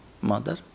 mother